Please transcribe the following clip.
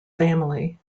family